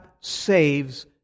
saves